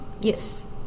yes